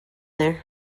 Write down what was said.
there